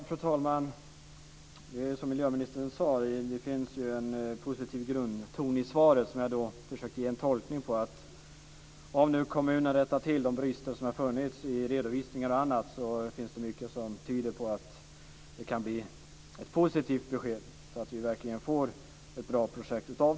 Fru talman! Det är som miljöministern sade, det finns en positiv grundton i svaret. Det försöker jag tolka så att om nu kommunen rättar till de brister som har funnits i redovisningar och annat så finns det mycket som tyder på att det kan bli ett positivt besked så att vi verkligen får ett bra projekt.